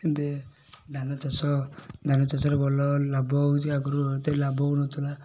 ଏବେ ଧାନ ଚାଷ ଧାନ ଚାଷରେ ଭଲ ଲାଭ ହେଉଛି ଆଗରୁ ଏତେ ଲାଭ ହେଉ ନ ଥିଲା